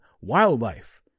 Wildlife